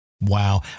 Wow